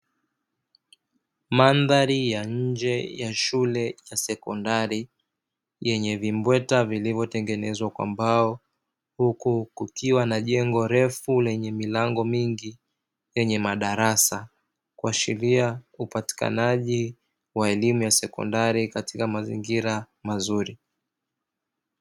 Mandhari ya nje ya shule ya sekondari yenye vimbweta vilivyotengenezwa kwa mbao; huku kukiwa na jengo refu lenye milango mingi lenye madarasa, kuashiria upatikanaji wa elimu ya sekondari katika mazingira mazuri.